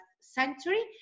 century